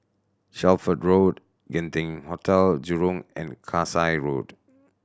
Shelford Road Genting Hotel Jurong and Kasai Road